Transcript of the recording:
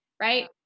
right